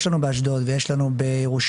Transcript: יש לנו באשדוד ויש לנו בירושלים,